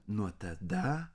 nuo tada